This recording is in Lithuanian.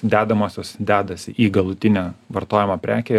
dedamosios dedasi į galutinę vartojimo prekę